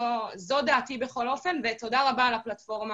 זו דעתי בכל אופן, ושוב תודה רבה על הפלטפורמה.